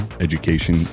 education